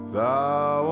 Thou